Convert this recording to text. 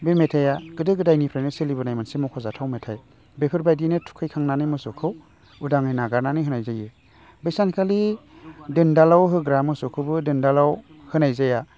बे मेथाइआ गोदो गोदायनिफ्रायनो सोलिबोनाय मोनसे मख'जाथाव मेथाइ बेफोरबायदिनो थैखांनानै मोसौखौ उदाङै नागारनानै होनाय जायो बे सानखालि दोनदालाव होग्रा मोसौखौबो दोनदालाव होनाय जाया